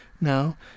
Now